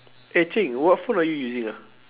eh cheng what phone are you using ah